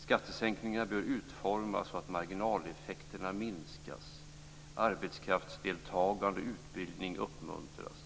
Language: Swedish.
Skattesänkningarna bör utformas så att marginaleffekterna minskas och arbetskraftsdeltagande och utbildning uppmuntras.